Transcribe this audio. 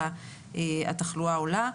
התחלואה עולה.